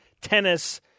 Tennis